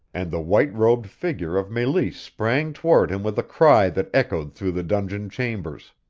and the white-robed figure of meleese sprang toward him with a cry that echoed through the dungeon chambers.